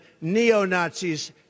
neo-Nazis